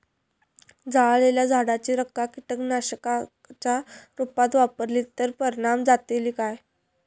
जळालेल्या झाडाची रखा कीटकनाशकांच्या रुपात वापरली तर परिणाम जातली काय?